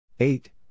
Eight